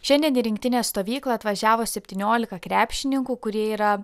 šiandien į rinktinės stovyklą atvažiavo septyniolika krepšininkų kurie yra